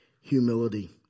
humility